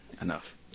Enough